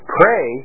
pray